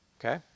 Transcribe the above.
okay